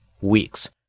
weeks